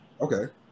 Okay